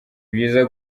byiza